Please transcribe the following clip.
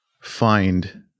find